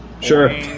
Sure